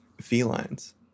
felines